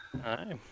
Hi